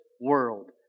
world